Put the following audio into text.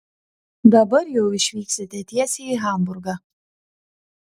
dabar jau išvyksite tiesiai į hamburgą